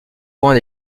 points